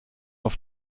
auf